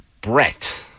Brett